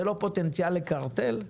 זה לא פוטנציאל לקרטל?